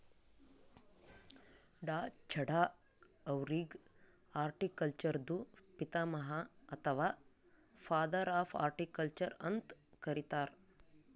ಡಾ.ಚಢಾ ಅವ್ರಿಗ್ ಹಾರ್ಟಿಕಲ್ಚರ್ದು ಪಿತಾಮಹ ಅಥವಾ ಫಾದರ್ ಆಫ್ ಹಾರ್ಟಿಕಲ್ಚರ್ ಅಂತ್ ಕರಿತಾರ್